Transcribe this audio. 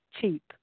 cheap